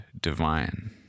divine